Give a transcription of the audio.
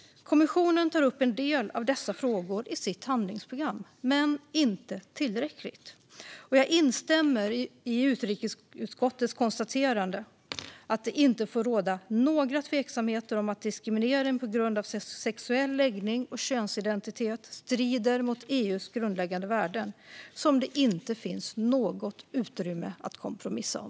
Kommissionen tar upp en del av dessa frågor i sitt handlingsprogram men inte tillräckligt. Jag instämmer i utrikesutskottets konstaterande att det inte får råda några tveksamheter om att diskriminering på grund av sexuell läggning och könsidentitet strider mot EU:s grundläggande värden, som det inte finns något utrymme att kompromissa om.